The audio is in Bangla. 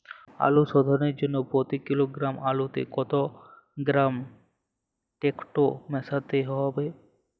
আলু শোধনের জন্য প্রতি কিলোগ্রাম আলুতে কত গ্রাম টেকটো মেশাতে হবে?